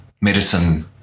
medicine